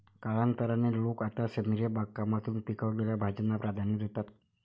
कालांतराने, लोक आता सेंद्रिय बागकामातून पिकवलेल्या भाज्यांना प्राधान्य देतात